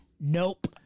Nope